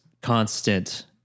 constant